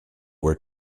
were